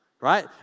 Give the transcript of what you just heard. Right